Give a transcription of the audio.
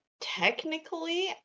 technically